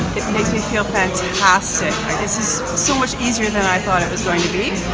makes me feel fantastic this is so much easier that i thought it was going to be.